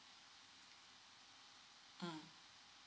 mm